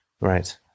Right